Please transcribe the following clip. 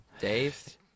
Dave